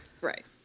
right